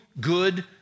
good